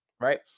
Right